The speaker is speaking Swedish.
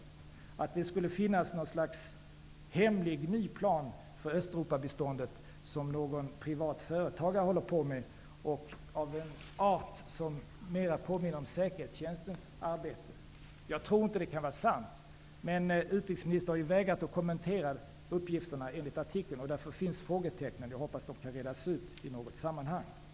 Det skulle enligt dessa uppgifter finnas ett slags hemlig ny plan för Östeuropabiståndet som någon privat företagare håller på med. Dennes arbete skulle vara av en art som mer påminner om säkerhetstjänstens arbete. Jag tror inte att det kan vara sant, men utrikesministern har ju enligt artikeln vägrat att kommentera uppgifterna, och därför finns frågetecknen. Jag hoppas att de kan redas ut i något sammanhang. Fru talman!